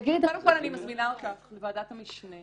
קודם כול, אני מזמינה אותך לוועדת המשנה.